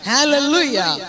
Hallelujah